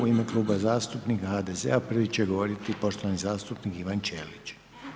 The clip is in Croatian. U ime Kluba zastupnika HDZ-a prvi će govoriti poštovani zastupnik Ivan Ćelić.